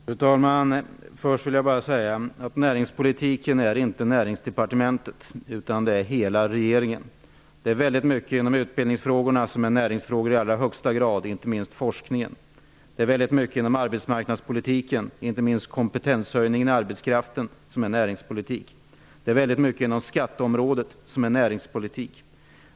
Fru talman! Jag vill först säga att näringspolitik inte enbart är en angelägenhet för Näringsdepartementet, utan den berör hela regeringen. Det är väldigt mycket inom utbildningen som i allra högsta grad är näringsfrågor, inte minst forskningen. Det är väldigt mycket inom arbetsmarknadspolitiken som är näringspolitik, inte minst kompetenshöjning hos arbetskraften. Det är väldigt mycket inom skatteområdet som är näringspolitik.